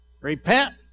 Repent